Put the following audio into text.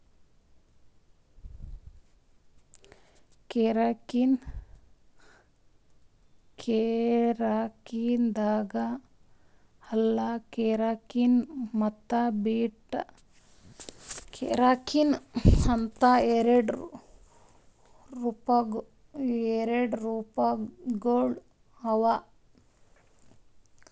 keratin ದಾಗ್ alpha keratin ಮತ್ತ್ beta keratin ಅಂತ್ ಎರಡು ರೂಪಗೊಳ್ ಅವಾ